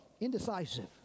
indecisive